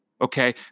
Okay